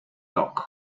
york